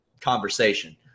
conversation